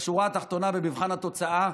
בשורה התחתונה, במבחן התוצאה,